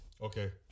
Okay